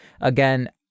Again